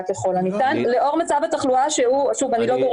הכבוד לוועדת חוקה שאני חלק